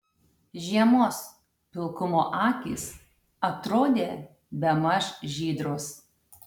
žiemos pilkumo akys atrodė bemaž žydros